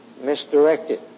misdirected